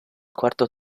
quarto